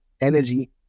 energy